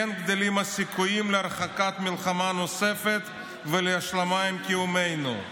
כן גדלים הסיכויים להרחקת מלחמה נוספת ולהשלמה עם קיומנו,